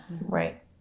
Right